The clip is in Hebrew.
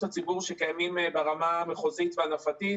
הציבור שקיימים ברמה המחוזית והנפתית.